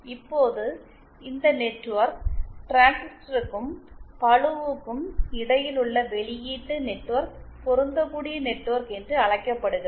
இப்போது இந்த நெட்வொர்க் டிரான்சிஸ்டருக்கும் பளுவுக்கும் இடையில் உள்ள வெளியீட்டு நெட்வொர்க் பொருந்தக்கூடிய நெட்வொர்க் என்று அழைக்கப்படுகிறது